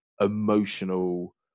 emotional